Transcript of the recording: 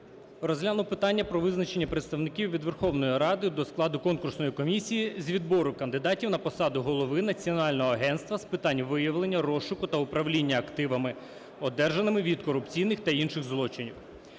розглянув питання про визначення представників від Верховної Ради до складу конкурсної комісії з відбору кандидатів на посаду Голови Національного агентства з питань виявлення, розшуку та управління активами, одержаними від корупційних та інших злочинів.